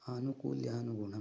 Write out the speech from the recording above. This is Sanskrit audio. आनुकूल्यानुगुणम्